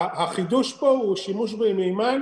החידוש פה הוא שימוש במימן